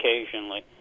occasionally